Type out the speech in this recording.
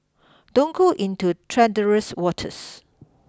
don't go into treacherous waters